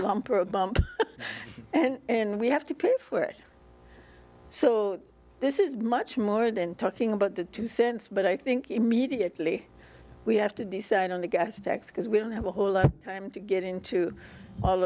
lump or a bump and we have to pay for it so this is much more than talking about the two cents but i think immediately we have to decide on the gas effect because we don't have a whole lot of time to get into all